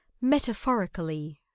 Metaphorically